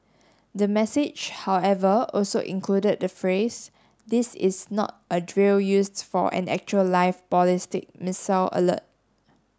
the message however also included the phrase this is not a drill used for an actual live ballistic missile alert